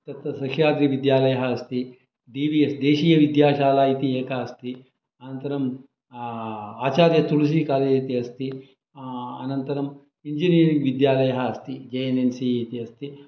तत्र सह्याद्रिविद्यालयः अस्ति डी वि एस् देशीयविद्याशाला इति एका अस्ति अनन्तरं आचार्यतुलसी कालेज् इति अस्ति अनन्तरम् इञ्जिनियरिङ्ग् विद्यालयः अस्ति जे एन् एम् सी इति अस्ति